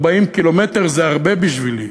40 ק"מ זה הרבה בשבילי.